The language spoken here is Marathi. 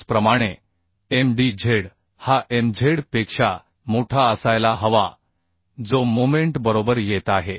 त्याचप्रमाणे Mdz हा Mz पेक्षा मोठा असायला हवा जो मोमेंट बरोबर येत आहे